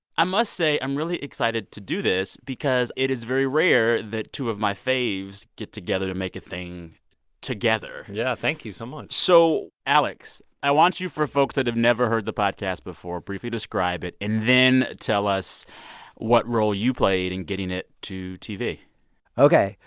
i must say, i'm really excited to do this because it is very rare that two of my faves get together to make a thing together yeah, thank you so much so, alex, i want you, for folks that have never heard the podcast before, briefly describe it and then tell us what role you played in getting it to tv ok.